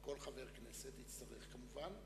כל חבר כנסת יצטרך כמובן,